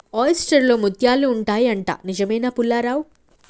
oyster లో ముత్యాలు ఉంటాయి అంట, నిజమేనా పుల్లారావ్